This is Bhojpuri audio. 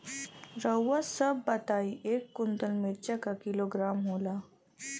रउआ सभ बताई एक कुन्टल मिर्चा क किलोग्राम होला?